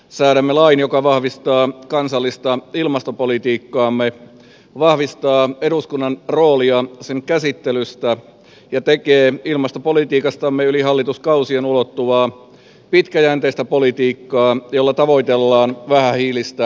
säädämme lain joka vahvistaa kansallista ilmastopolitiikkaamme vahvistaa eduskunnan roolia sen käsittelyssä ja tekee ilmastopolitiikastamme yli hallituskausien ulottuvaa pitkäjänteistä politiikkaa jolla tavoitellaan vähähiilistä yhteiskuntaa